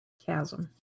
Chasm